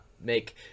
make